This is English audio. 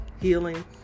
healing